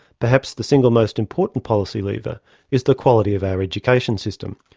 perhaps the single most important policy lever is the quality of our education system,